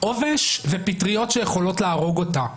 עובש ופטריות שיכולות להרוג אותה.